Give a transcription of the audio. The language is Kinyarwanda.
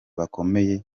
bakomeye